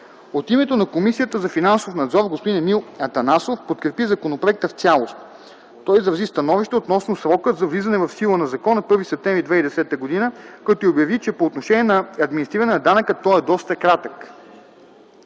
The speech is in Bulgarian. От името на Комисията за финансов надзор, господин Емил Атанасов подкрепи законопроекта в цялост. Той изрази становище относно срока за влизане в сила на закона – 1 септември 2010 г., като обяви, че по отношение на администриране на данъка той е доста кратък.